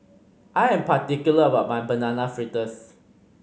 I am particular about my Banana Fritters